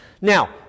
Now